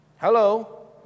Hello